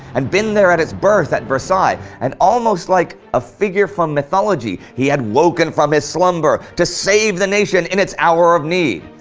and been there at its birth at versailles, and almost like a figure from mythology he had woken from his slumber to save the nation in its hour of need.